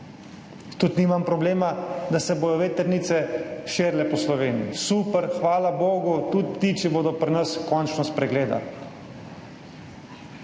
tako nimam problema s tem, da se bodo vetrnice širile po Sloveniji. Super, hvala bogu, tudi ptiči bodo pri nas končno spregledali.